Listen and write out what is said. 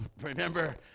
remember